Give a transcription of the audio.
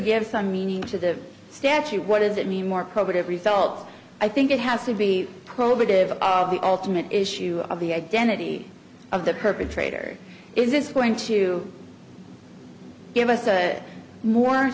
give some meaning to the statute what does it mean more probative result i think it has to be probative of the ultimate issue of the identity of the perpetrator is this going to give us a more